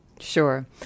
Sure